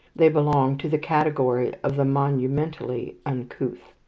they belong to the category of the monumentally uncouth.